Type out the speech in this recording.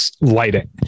lighting